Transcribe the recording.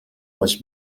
was